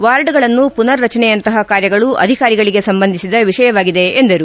ವಾರ್ಡ್ಗಳನ್ನು ಪುನರ್ ರಚನೆಯಂತಪ ಕಾರ್ಯಗಳು ಅಧಿಕಾರಿಗಳಿಗೆ ಸಂಬಂಧಿಸಿದ ವಿಷಯವಾಗಿದೆ ಎಂದರು